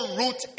root